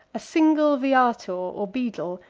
a single viator, or beadle,